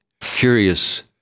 curious